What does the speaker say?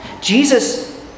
Jesus